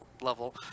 level